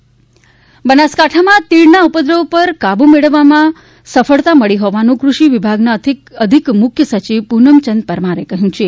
તીડ ઉપર નિયંત્રણ બનાસકાંઠા માં તીડ ના ઉપદ્રવ ઉપર કાબૂ મેળવવા માં સફળતા મળી હોવાનું ક઼ષિ વિભાગના અધિક મુખ્ય સચિવ પૂનમચંદ પરમારે કહ્યું છે